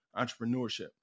entrepreneurship